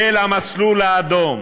אל המסלול האדום,